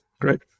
great